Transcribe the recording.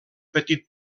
petit